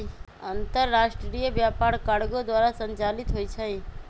अंतरराष्ट्रीय व्यापार कार्गो द्वारा संचालित होइ छइ